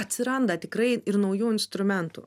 atsiranda tikrai ir naujų instrumentų